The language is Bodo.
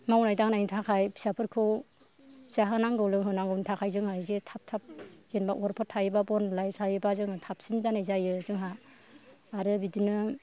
मावनाय दांनायनि थाखाय फिसाफोरखौ जाहोनांगौ लोंहोनांगौनि थाखाय जोंहा एसे थाब थाब जेनोबा अरफोर थायोबा बा बन लाय थायोबा जोङो थाबसिन जानाय जायो जोंहा आरो बिदिनो